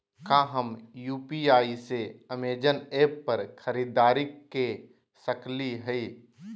का हम यू.पी.आई से अमेजन ऐप पर खरीदारी के सकली हई?